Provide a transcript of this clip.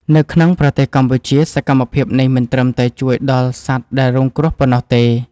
នៅក្នុងប្រទេសកម្ពុជា សកម្មភាពនេះមិនត្រឹមតែជួយដល់សត្វដែលរងគ្រោះប៉ុណ្ណោះទេ។